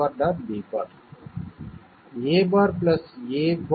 a' a'